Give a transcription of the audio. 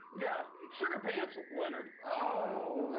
yeah, sugar pants leonard. ah